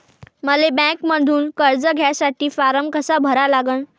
मले बँकेमंधून कर्ज घ्यासाठी फारम कसा भरा लागन?